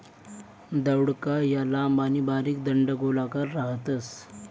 दौडका या लांब आणि बारीक दंडगोलाकार राहतस